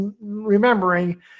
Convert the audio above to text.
remembering